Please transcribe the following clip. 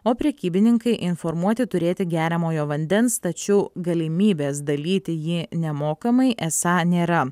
o prekybininkai informuoti turėti geriamojo vandens tačiau galimybės dalyti jį nemokamai esą nėra